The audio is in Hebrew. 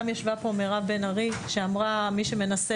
ישבה כאן מירב בן ארי שאמרה שמי שמנסה